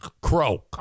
Crow